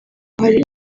hari